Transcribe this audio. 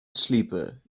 sleeper